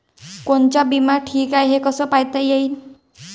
कोनचा बिमा ठीक हाय, हे कस पायता येईन?